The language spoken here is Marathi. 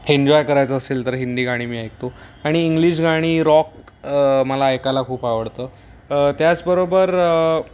एन्जॉय करायचं असेल तर हिंदी गाणी मी ऐकतो आणि इंग्लिश गाणी रॉक मला ऐकायला खूप आवडतं त्याचबरोबर